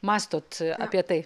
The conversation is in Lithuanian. mąstot apie tai